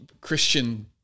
Christian